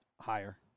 Higher